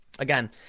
Again